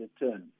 return